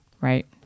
right